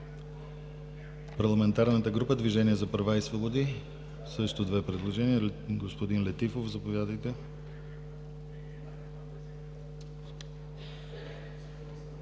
Парламентарната група „Движение за права и свободи“, също две предложения. Господин Летифов, заповядайте.